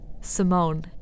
Simone